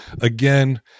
again